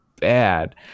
bad